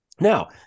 Now